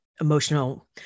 emotional